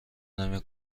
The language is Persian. نمی